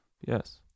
Yes